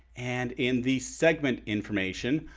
and in the segment information,